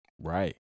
Right